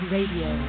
Radio